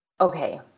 Okay